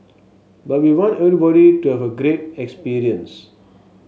but we want everybody to have a great experience